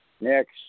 next